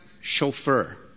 chauffeur